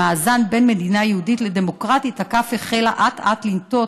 במאזן בין מדינה יהודית לדמוקרטית הכף החלה אט-אט לנטות